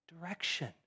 direction